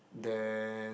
then